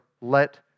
let